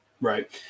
Right